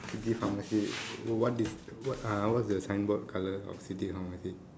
city pharmacy what is uh what's the signboard colour of city pharmacy